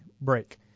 break